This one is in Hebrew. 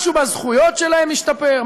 משהו בזכויות שלהם השתפר?